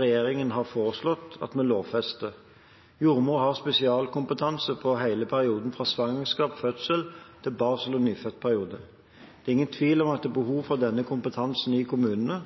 regjeringen har foreslått at vi lovfester. Jordmor har spesialkompetanse på hele perioden fra svangerskap, fødsel til barsel- og nyfødtperiode. Det er ingen tvil om at det er behov for denne kompetansen i kommunene,